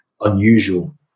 unusual